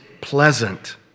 pleasant